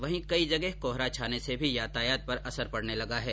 वहीं कई जगह कोहरा छाने से भी यातायात पर असर पड़ने लगा है